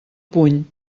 puny